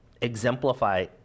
exemplify